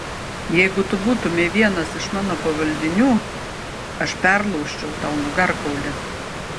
jeigu tu būtumei vienas iš mano pavaldinių aš perlaužčiau tau nugarkaulį